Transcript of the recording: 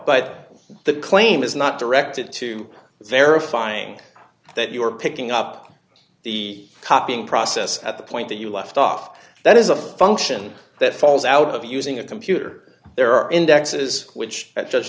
but that claim is not directed to verifying that you are picking up the copying process at the point that you left off that is a function that falls out of using a computer there are indexes which